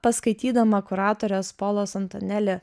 paskaitydama kuratorės polos antoneli